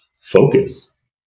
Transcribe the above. focus